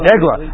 Egla